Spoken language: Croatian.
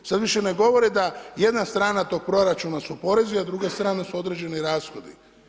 Sada više ne govore da jedna strana tog proračuna su porezi a druga strana su određeni rashodi.